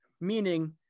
meaning